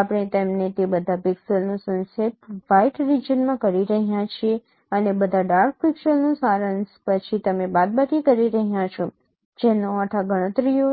આપણે તેમને તે બધા પિક્સેલ્સનો સંક્ષેપ વ્હાઇટ રિજિયન માં કરી રહ્યા છીએ અને બધા ડાર્ક પિક્સેલ્સનો સારાંશ આપ્યા પછી તમે બાદબાકી કરી રહ્યા છો જેનો અર્થ આ ગણતરીઓ છે